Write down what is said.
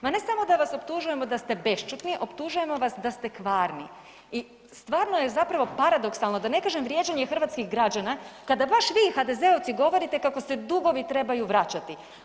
Ma ne samo da vas optužujemo da ste bešćutni, optužujemo vas da ste kvarni i stvarno je zapravo paradoksalno, da ne kažem vrijeđanje hrvatskih građana, kada baš vi HDZ-ovci govorite kako se dugovi trebaju vraćati.